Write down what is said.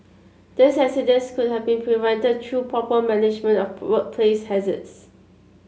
these accidents could have been prevented through proper management of workplace hazards